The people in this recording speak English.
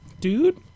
dude